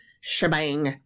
shebang